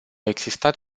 existat